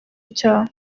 icyaha